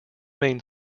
main